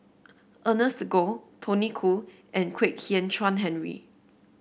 Ernest Goh Tony Khoo and Kwek Hian Chuan Henry